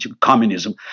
communism